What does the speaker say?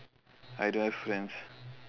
I don't have friends